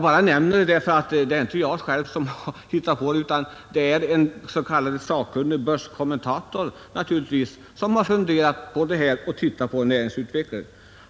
Det är inte jag som har hittat på rubriken, utan det är en s.k. sakkunnig börskommentator som studerat näringsutvecklingen och funderat över den.